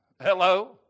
Hello